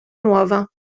nuova